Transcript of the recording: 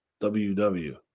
WW